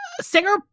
Singer